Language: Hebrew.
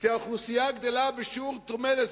כי האוכלוסייה גדלה בשיעור דומה לזה,